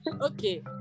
Okay